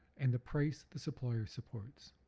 and the price the supplier supports.